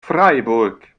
freiburg